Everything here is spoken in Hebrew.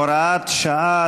(הוראת שעה),